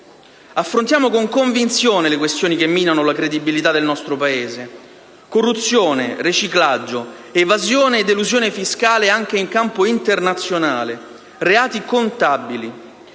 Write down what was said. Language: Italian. Affrontiamo con convinzione le questioni che minano la credibilità del nostro Paese - corruzione, riciclaggio, evasione ed elusione fiscale anche in campo internazionale, reati contabili